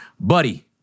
Buddy